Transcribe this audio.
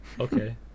okay